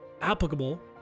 applicable